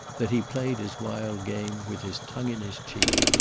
that he played his wild game with his tongue in his cheek.